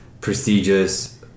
prestigious